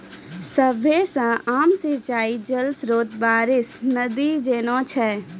सभ्भे से आम सिंचाई जल स्त्रोत बारिश, नदी जैसनो छै